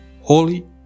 holy